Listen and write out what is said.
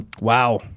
Wow